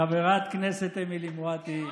חברת הכנסת אמילי מואטי,